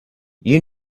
you